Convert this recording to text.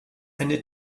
eine